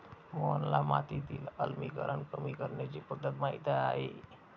मोहनला मातीतील आम्लीकरण कमी करण्याची पध्दत माहित आहे